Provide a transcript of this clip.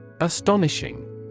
Astonishing